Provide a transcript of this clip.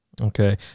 Okay